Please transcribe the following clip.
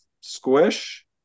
squish